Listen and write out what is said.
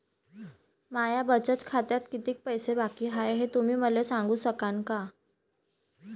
माया बचत खात्यात कितीक पैसे बाकी हाय, हे तुम्ही मले सांगू सकानं का?